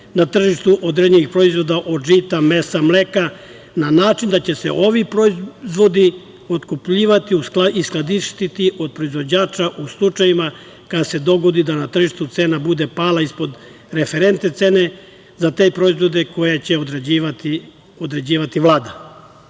na tržištu određenih proizvoda od žita, mesa, mleka, na način da će se ovi proizvodi otkupljivati i skladištiti od proizvođača, u slučajevima kada se dogodi na tržištu cena bude pala ispod referentne cene za te proizvode, koje će određivati